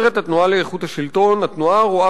אומרת התנועה לאיכות השלטון: "התנועה רואה